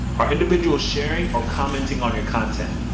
are individuals sharing or commenting on your content.